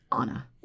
Anna